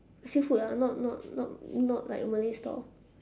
seafood ah not not not not like malay stall